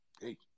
Hey